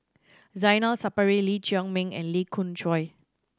Zainal Sapari Lee Chiaw Meng and Lee Khoon Choy